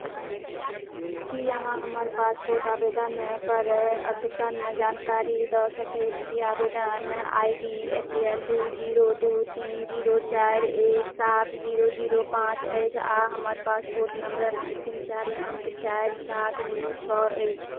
की अहाँ हमर पासपोर्ट आवेदनपर अद्यतन जानकारी दऽ सकैत छी आवेदन I D A P L दू जीरो दू तीन जीरो चारि एक सात जीरो जीरो पाँच अछि आ हमर पासपोर्ट नम्बरक अन्तिम चारि अङ्क चारि सात दू छओ अछि